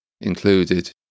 included